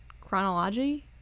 chronology